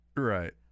Right